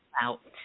out